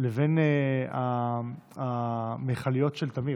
לבין המכליות של תמיר,